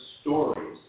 stories